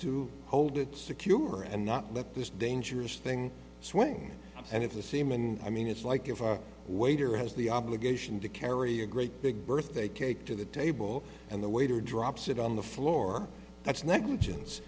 to hold it secure and not let this dangerous thing swing and if the seaman i mean it's like if waiter has the obligation to carry a great big birthday cake to the table and the waiter drops it on the floor that's negligence